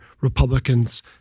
Republicans